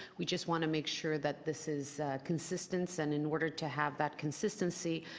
we just want to make sure that this is consistent and in order to have that consistency,